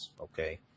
okay